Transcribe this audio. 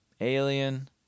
alien